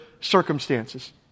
circumstances